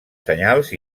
senyals